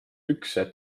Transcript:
pükse